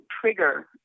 trigger